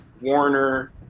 warner